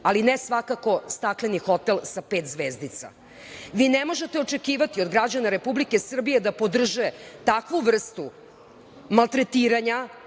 ali ne svakako stakleni hotel sa pet zvezdica. Vi ne možete očekivati od građana Republike Srbije, takvu vrstu maltretiranja